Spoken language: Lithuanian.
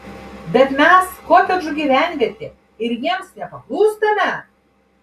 bet mes kotedžų gyvenvietė ir jiems nepaklūstame